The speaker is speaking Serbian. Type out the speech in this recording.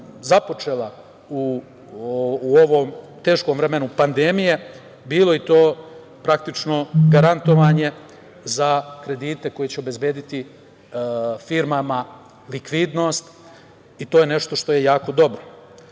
započela u ovom teškom vremenu pandemije bilo i to praktično garantovanje za kredite koje će obezbediti firmama likvidnost i to je nešto što je jako dobro. Ove